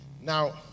Now